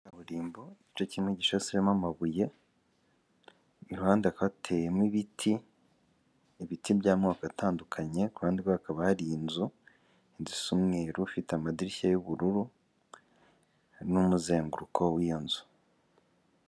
Kaburimbo igice kimwe gishashwemo amabuye, iruhande rwaho hateyemo ibiti by'amoko atandukanye kandi hakaba har’inzu is’umweru, ifite amadirishya y'ubururu n'umuzenguruko w'iyo nzu.